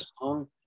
song